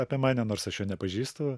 apie mane nors aš jo nepažįstu